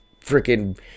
freaking